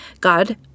God